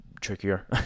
trickier